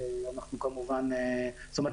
זאת אומרת,